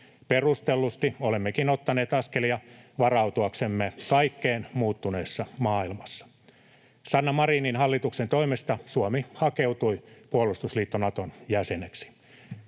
Perustellusti olemmekin ottaneet askelia varautuaksemme kaikkeen muuttuneessa maailmassa. Sanna Marinin hallituksen toimesta Suomi hakeutui puolustusliitto Naton jäseneksi.